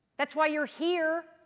that's why you're here!